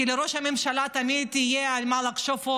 כי לראש הממשלה תמיד יהיה עוד על מה לחשוב,